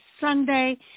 Sunday